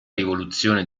rivoluzione